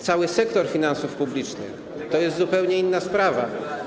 Cały sektor finansów publicznych to jest zupełnie inna sprawa.